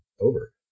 over